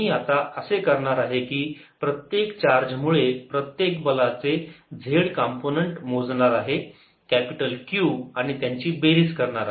मी आता असे करणार आहे की मी प्रत्येक चार्ज मुळे प्रत्येक बलाचे z कंपोनंन्ट मोजणार आहे कॅपिटल Q आणि त्यांची बेरीज करणार आहे